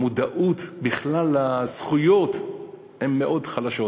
המודעות לזכויות היא מאוד חלשה.